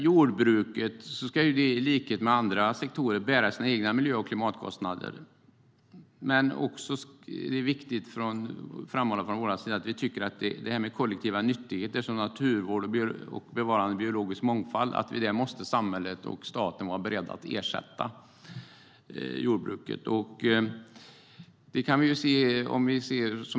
Jordbruket ska i likhet med andra sektorer bära sina miljö och klimatkostnader. Vi tycker också att det är viktigt att framhålla att när det gäller kollektiva nyttigheter som naturvård och biologisk mångfald måste samhället och staten vara beredda att ersätta jordbruket.